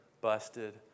busted